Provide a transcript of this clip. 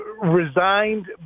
resigned